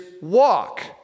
walk